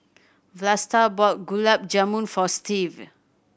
Vlasta bought Gulab Jamun for Stevie